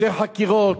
יותר חקירות,